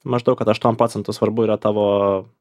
maždaug kad aštuom procentų svarbu yra tavo